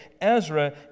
Ezra